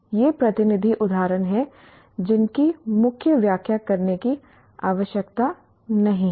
ये प्रतिनिधि उदाहरण हैं जिनकी मुझे व्याख्या करने की आवश्यकता नहीं है